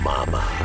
Mama